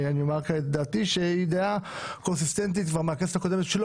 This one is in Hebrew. אני אומר את דעתי שהיא דעה קונסיסטנטית כבר מהכנסת הקודמת בה לא